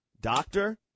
Doctor